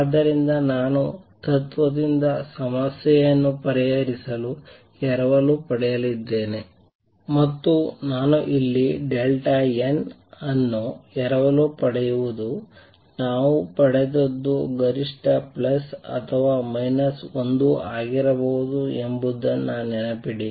ಆದ್ದರಿಂದ ನಾನು ತತ್ವದಿಂದ ಸಮಸ್ಯೆಯನ್ನು ಪರಿಹರಿಸಲು ಎರವಲು ಪಡೆಯಲಿದ್ದೇನೆ ಮತ್ತು ನಾನು ಇಲ್ಲಿ n ಅನ್ನು ಎರವಲು ಪಡೆಯುವುದು ನಾವು ಪಡೆದದ್ದು ಗರಿಷ್ಠ ಪ್ಲಸ್ ಅಥವಾ ಮೈನಸ್ 1 ಆಗಿರಬಹುದು ಎಂಬುದನ್ನು ನೆನಪಿಡಿ